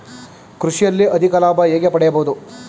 ಕೃಷಿಯಲ್ಲಿ ಅಧಿಕ ಲಾಭ ಹೇಗೆ ಪಡೆಯಬಹುದು?